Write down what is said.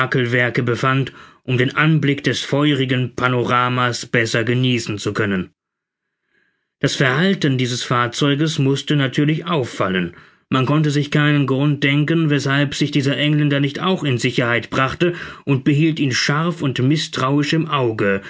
befand um den anblick des feurigen panoramas besser genießen zu können das verhalten dieses fahrzeuges mußte natürlich auffallen man konnte sich keinen grund denken weßhalb sich dieser engländer nicht auch in sicherheit brachte und behielt ihn scharf und mißtrauisch im auge